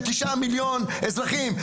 תפסיק לומר שאתה שר של 9,000,000 אזרחים.